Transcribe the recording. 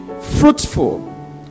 fruitful